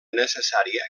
necessària